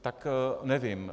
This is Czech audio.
Tak nevím.